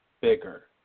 bigger